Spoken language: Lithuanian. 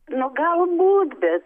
nu galbūt bet